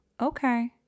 okay